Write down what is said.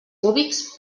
cúbics